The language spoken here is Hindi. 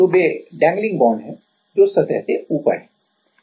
तो वे डैंगलिंग बांड्स dangling bonds हैं जो सतह से ऊपर हैं